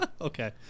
Okay